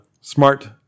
smart